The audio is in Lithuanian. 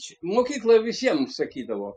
š mokykloj visiems sakydavo